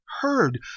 heard